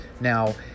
Now